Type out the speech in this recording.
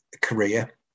career